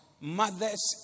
mothers